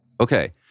Okay